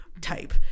type